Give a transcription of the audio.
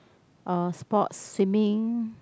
uh sports swimming